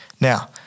Now